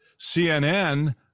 CNN